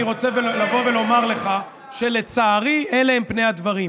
אני רוצה לומר לך שלצערי אלה הם פני הדברים.